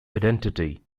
identity